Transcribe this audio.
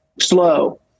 slow